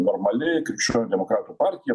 normali krikščionių demokratų partija